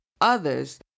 others